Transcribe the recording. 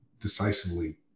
decisively